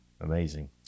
Amazing